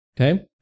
Okay